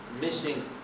missing